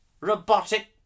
robotic